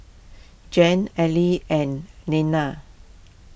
Jan Ally and Leaner